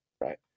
right